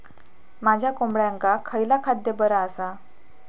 माझ्या कोंबड्यांका खयला खाद्य बरा आसा?